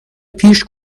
پیش